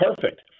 perfect